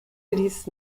ließ